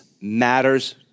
matters